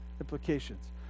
Implications